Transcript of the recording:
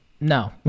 no